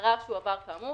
ערר שהועבר כאמור,